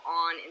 on